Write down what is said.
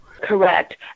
Correct